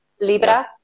libra